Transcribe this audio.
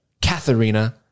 Katharina